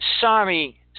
Sorry